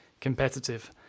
competitive